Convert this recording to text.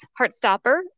Heartstopper